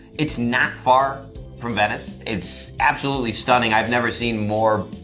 it's not far from venice. it's absolutely stunning. i've never seen more,